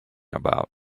about